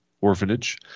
Orphanage